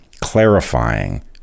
clarifying